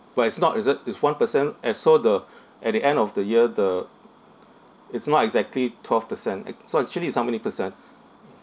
but it's not is it is one percent as so the at the end of the year the it's not exactly twelve percent ac~ so actually is how many percent